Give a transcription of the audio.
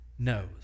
knows